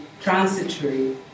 transitory